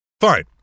Fine